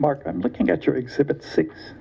mark i'm looking at your exhibit six